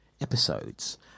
episodes